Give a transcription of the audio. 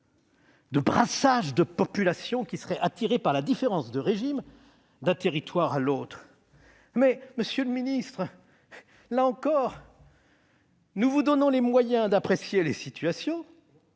de « brassage de populations » qui seraient attirées par la différence de régime d'un territoire à l'autre ? Là encore, nous vous donnons les moyens d'apprécier les situations